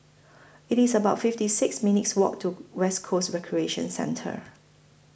IT IS about fifty six minutes' Walk to West Coast Recreation Centre